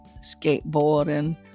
skateboarding